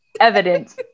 evidence